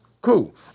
Cool